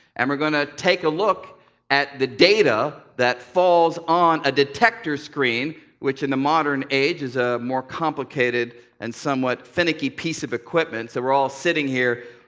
and we're going to take a look at the data that falls on a detector screen, which in the modern age is a more complicated and somewhat finicky piece of equipment. so we're all sitting here,